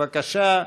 בבקשה,